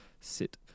sit